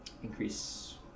Increase